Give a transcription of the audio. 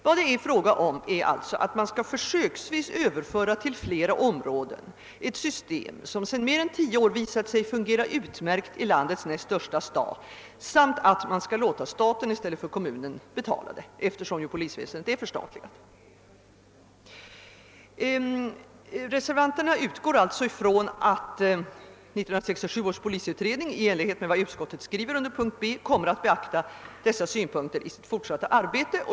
Vad det är fråga om är, att man till flera områden försöksvis skall överföra ett system som sedan mer än tio år visat sig fungera utmärkt i landets näst största stad samt att man skall låta staten i stället för kommunen betala, eftersom polisväsendet är förstatligat. Reservanterna utgår alltså från att 1967 års polisutredning, i enlighet med vad utskottet skriver under punkten B, kommer att beakta dessa synpunkter i sitt fortsatta arbete.